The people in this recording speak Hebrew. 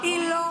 עבר טרומית?